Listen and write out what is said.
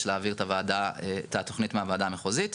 להעביר את התוכנית מהוועדה המחוזית.